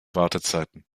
wartezeiten